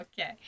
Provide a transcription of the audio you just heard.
Okay